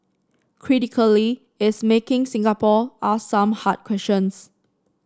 critically is making Singapore ask some hard questions